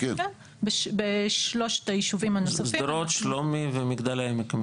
שדרות, שלומי ומגדל העמק.